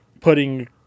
putting